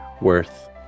worth